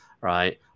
right